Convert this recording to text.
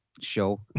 show